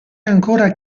ancora